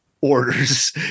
orders